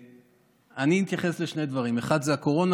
אני אתייחס לשני דברים: האחד זה הקורונה